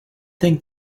think